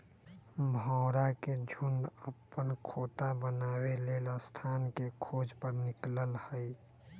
भौरा के झुण्ड अप्पन खोता बनाबे लेल स्थान के खोज पर निकलल हइ